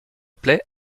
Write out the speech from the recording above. plaie